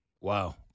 Wow